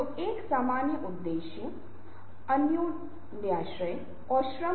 क्या आप विभिन्न गतिविधियों के लिए समय की योजना बनाते हैं और आवंटित करते हैं